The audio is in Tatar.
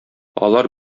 алар